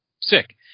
Sick